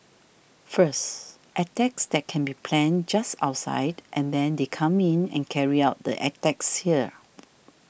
first attacks that can be planned just outside and then they come in and carry out the attacks here